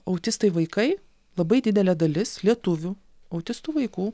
autistai vaikai labai didelė dalis lietuvių autistų vaikų